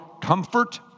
comfort